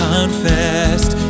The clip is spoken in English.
Confessed